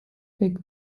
pek